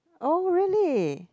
oh really